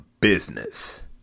business